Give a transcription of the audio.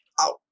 out